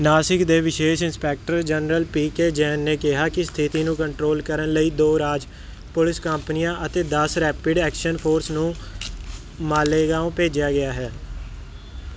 ਨਾਸਿਕ ਦੇ ਵਿਸ਼ੇਸ਼ inspector general P K Jain ਨੇ ਕਿਹਾ ਕਿ ਸਥਿਤੀ ਨੂੰ ਕੰਟਰੋਲ ਕਰਨ ਲਈ ਦੋ ਰਾਜ ਪੁਲਿਸ ਕੰਪਨੀਆਂ ਅਤੇ ਦਸ ਰੈਪਿਡ ਐਕਸ਼ਨ ਫੋਰਸ ਨੂੰ ਮਾਲੇਗਾਓਂ ਭੇਜਿਆ ਗਿਆ ਹੈ